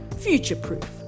future-proof